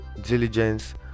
diligence